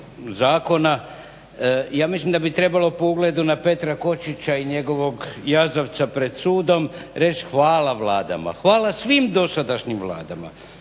zakona ja mislim da bi trebalo po ugledu na Petra Kočića i njegovog jazavca pred sudom reći hvala vladama, hvala svim dosadašnjim vladama,